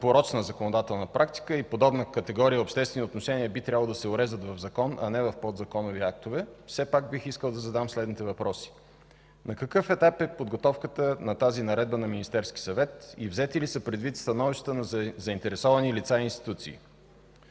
порочна законодателна практика – подобна категория обществени отношения би трябвало да се уреждат в закон, а не в подзаконови актове, бих искал да задам следните въпроси: На какъв етап е подготовката на тази наредба на Министерския съвет и взети ли са предвид становищата на заинтересовани лица и институции?